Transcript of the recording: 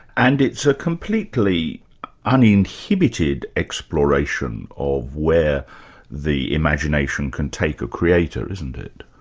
and it's a completely uninhibited exploration of where the imagination can take a creator, isn't it?